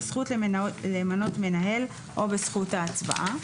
בזכות למנות מנהל או בזכות ההצבעה,